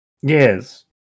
Yes